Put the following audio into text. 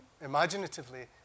imaginatively